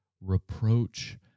reproach